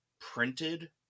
printed